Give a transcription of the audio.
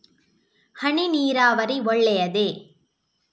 ಹನಿ ನೀರಾವರಿ ಒಳ್ಳೆಯದೇ?